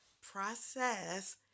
Process